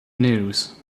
news